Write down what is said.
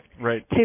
right